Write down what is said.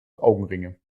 augenringe